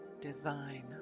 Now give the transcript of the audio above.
divine